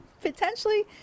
potentially